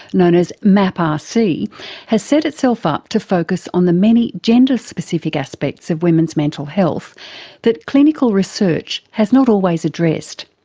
known as maprc, has set itself up to focus on the many gender-specific aspects of women's mental health that clinical research has not always addressed.